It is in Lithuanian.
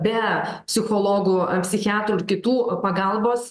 be psichologų psichiatrų ir kitų pagalbos